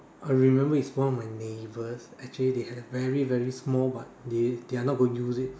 I remember is one of the my neighbour's actually they had very very small but they're not going to use it